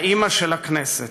האימא של הכנסת.